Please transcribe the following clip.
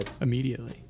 Immediately